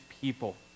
people